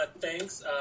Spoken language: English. thanks